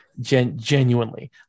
genuinely